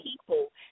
people